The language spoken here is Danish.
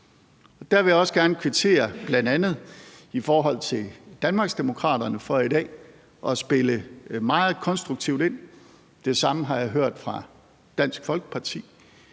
Der vil jeg også gerne kvittere bl.a. i forhold til Danmarksdemokraterne for i dag at spille meget konstruktivt ind. Det samme har jeg hørt fra Dansk Folkeparti,